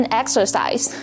exercise 。